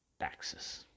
taxes